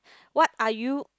what are you